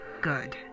good